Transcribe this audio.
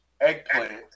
eggplant